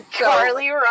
carly